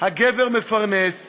הגבר מפרנס,